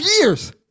years